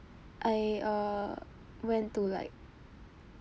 I err went to like